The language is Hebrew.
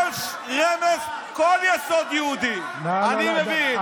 כל יסוד יהודי, אני מבין.